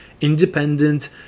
independent